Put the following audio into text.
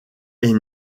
est